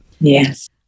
Yes